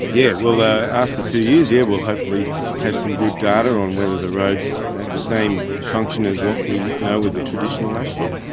yeah well, after two years we yeah will hopefully have some good data on whether the roads have the same function as what we know with the traditional asphalt.